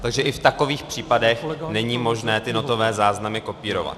Takže i v takových případech není možné notové záznamy kopírovat.